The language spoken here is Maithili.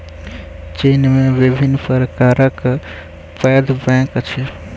चीन में विभिन्न प्रकारक पैघ बैंक अछि